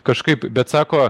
kažkaip bet sako